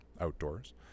outdoors